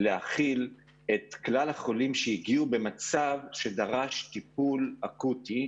להכיל את כלל החולים שהגיעו במצב שדרש טיפול אקוטי,